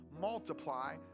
multiply